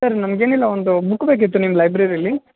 sir ನಮ್ಗೆ ಏನಿಲ್ಲ ಒಂದು ಬುಕ್ ಬೇಕಿತ್ತು ನಿಮ್ಮ ಲೈಬ್ರರಿಯಲ್ಲಿ